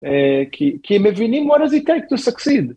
‫כי, כי הם מבינים what does it take to succeed.